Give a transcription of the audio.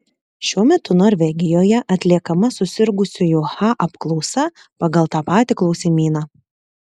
šiuo metu norvegijoje atliekama susirgusiųjų ha apklausa pagal tą patį klausimyną